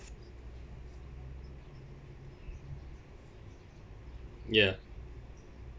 ya